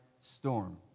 storm